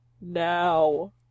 now